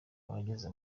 abageze